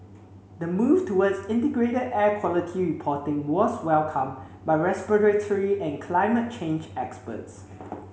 the move towards integrated air quality reporting was welcomed by respiratory and climate change experts